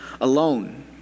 alone